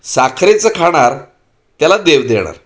साखरेचं खाणार त्याला देव देणार